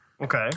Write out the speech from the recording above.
okay